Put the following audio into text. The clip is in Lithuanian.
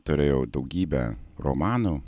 turėjo daugybę romanų